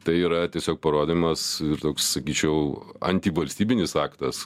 tai yra tiesiog parodymas ir toks sakyčiau antivalstybinis aktas